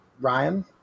Ryan